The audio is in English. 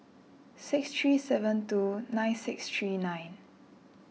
six three seven two nine six three nine